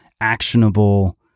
actionable